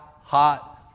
hot